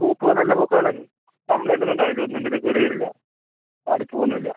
പൂക്കള് നല്ല പൂക്കളാണ് കംപ്ലൈൻറ്റ് ഒന്നും ഉണ്ടാവില്ല ഒന്നും വരില്ല കേടുവരില്ല വാടിപ്പൂവൊന്നും ഇല്യ